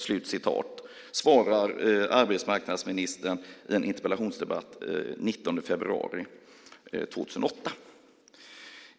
Så svarar arbetsmarknadsministern i en interpellationsdebatt den 19 februari 2008.